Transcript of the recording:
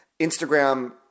Instagram